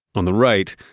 on the right,